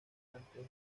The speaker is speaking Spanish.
antes